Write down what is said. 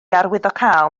arwyddocaol